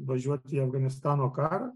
važiuoti į afganistano karą